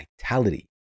vitality